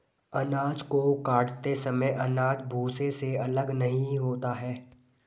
अनाज को काटते समय अनाज भूसे से अलग नहीं होता है